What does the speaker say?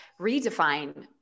redefine